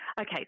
Okay